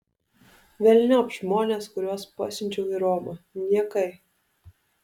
velniop žmones kuriuos pasiunčiau į romą niekai